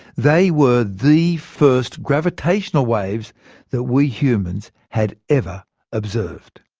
they were the first gravitational waves that we humans had ever observed.